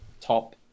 top